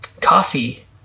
coffee